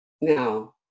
Now